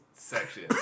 Section